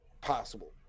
possible